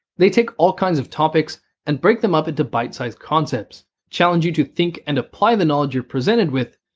they take all kinds of topics and break them up into bite sized concepts, challenge you to think and apply the knowledge you're presented with,